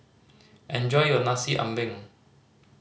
enjoy your Nasi Ambeng